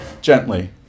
gently